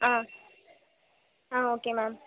ஆ ஆ okay ma'am